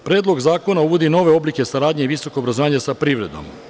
Predlog zakona uvodi i nove oblike saradnje i visokog obrazovanja sa privredom.